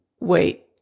Wait